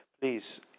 please